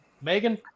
Megan